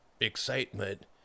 excitement